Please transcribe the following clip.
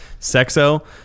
sexo